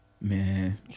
Man